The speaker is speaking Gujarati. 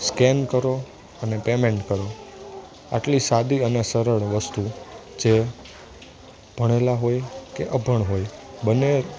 સ્કેન કરો અને પેમેન્ટ કરો આટલી સાદી અને સરળ વસ્તુ જે ભણેલા હોય કે અભણ હોય બંને